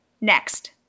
next